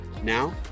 Now